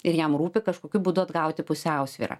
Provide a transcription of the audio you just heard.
ir jam rūpi kažkokiu būdu atgauti pusiausvyrą